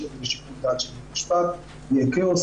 את זה לשיקול דעת של בית משפט אז יהיה כאוס,